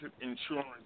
insurance